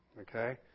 Okay